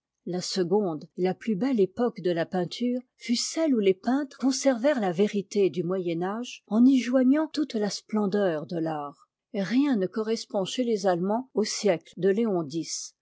la seconde et la plus belle époque de la peinture fut celle où tes peintres conservèrent la vérité du moyen âge en y joignant toute la splendeur de fart rien ne correspond chez les allemands au siècle de léon x